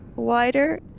wider